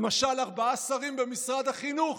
למשל, ארבעה שרים במשרד החינוך,